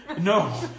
No